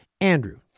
Andrew